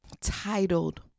titled